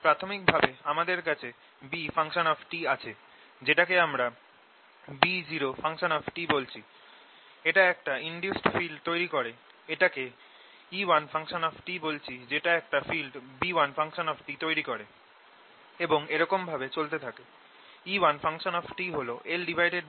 প্রাথমিক ভাবে আমাদের কাছে B আছে যেটাকে আমরা B0 বলছি এটা একটা ইনডিউসড ফিল্ড তৈরি করে এটাকে E1 বলছি যেটা একটা ফিল্ড B1 তৈরি করে এবং এরকম ভাবে চলতে থাকে